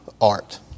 art